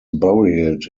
buried